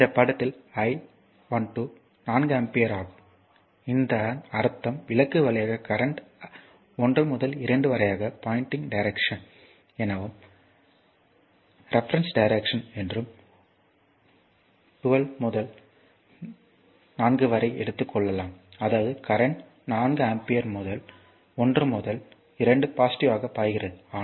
இந்த படத்தில் I12 4 ampere ஆகும் இதன் அர்த்தம் விளக்கு வழியாக கரண்ட் 1 முதல் 2 வரை பாயின்டிங் டைரக்ஷன் என்னவும் ரெபரென்ஸ் டைரக்ஷன் என்றும் 12 முதல் 4 வரை எடுத்துக் கொள்ளலாம் அதாவது கரண்ட் 4 ஆம்பியர் 1 முதல் 2 பாசிட்டிவ்வாக பாய்கிறது